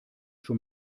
schon